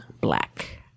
black